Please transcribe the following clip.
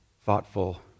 thoughtful